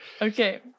Okay